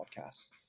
podcasts